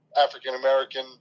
African-American